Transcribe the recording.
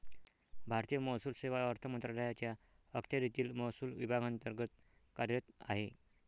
भारतीय महसूल सेवा अर्थ मंत्रालयाच्या अखत्यारीतील महसूल विभागांतर्गत कार्यरत आहे